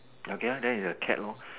okay lah then is a cat lor